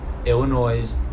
Illinois